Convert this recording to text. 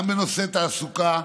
גם בנושא תעסוקה,